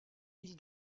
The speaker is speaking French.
ils